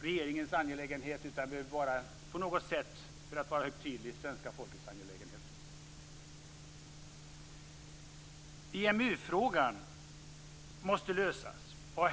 regeringens angelägenhet utan bör på något sätt vara, för att vara helt tydlig, svenska folkets angelägenhet. EMU-frågan måste lösas.